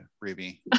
Ruby